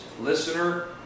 listener